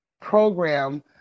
program